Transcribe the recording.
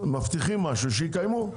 מבטיחים משהו, שיקיימו.